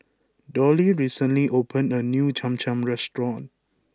Dollie recently opened a new Cham Cham restaurant